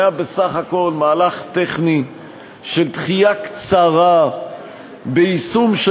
היה בסך הכול מהלך טכני של דחייה קצרה ביישום של